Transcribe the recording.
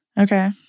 Okay